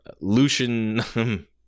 Lucian